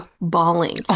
bawling